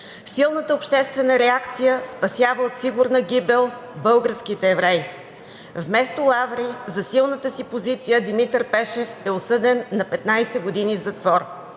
Силната обществена реакция спасява от сигурна гибел българските евреи. Вместо лаври за силната си позиция Димитър Пешев е осъден на 15 години затвор.